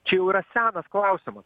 čia jau yra senas klausimas